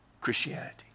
Christianity